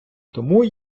тому